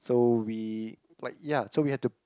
so we like ya so we had to